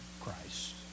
Christ